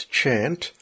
chant